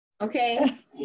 Okay